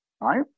right